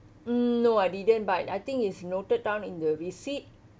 no I didn't but I think is noted down in the receipt